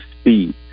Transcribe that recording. speed